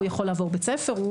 הוא יכול לעבור בית ספר.